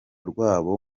rwabo